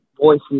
voices